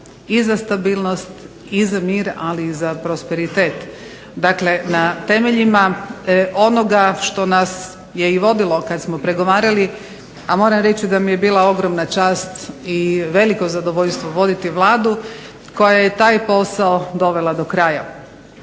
i za stabilnost i za mir, ali i za prosperitet. Dakle, na temeljima onoga što nas je i vodilo kad smo pregovarali, a moram reći da mi je bila ogromna čast i veliko zadovoljstvo voditi Vladu koja je taj posao dovela do kraja.